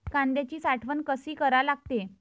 कांद्याची साठवन कसी करा लागते?